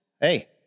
Hey